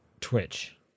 Twitch